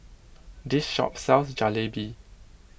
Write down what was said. this shop sells Jalebi